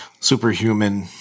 superhuman